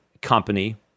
company